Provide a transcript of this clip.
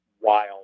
wild